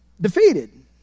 Defeated